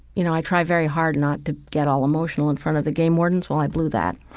you know, i try very hard not to get all emotional in front of the game wardens. well, i blew that.